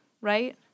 right